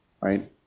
right